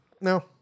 No